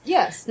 Yes